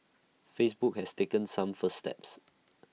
Facebook has taken some first steps